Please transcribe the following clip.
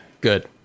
Good